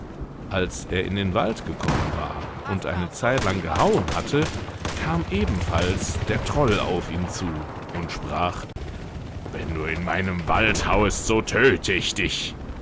als er in den wald gekommen war und eine zeitlang gehauen hatte kam ebenfalls der troll auf ihn zu und sprach wenn du in meinem wald hauest so tödte ich dich